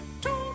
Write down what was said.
two